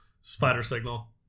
Spider-signal